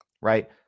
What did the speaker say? right